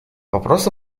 вопрос